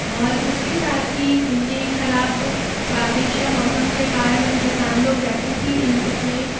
और इसके साथ ही इनकी खराब बारिश या मौसम के कारण किसान लोग वैसे ही इन इसमें